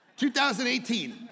2018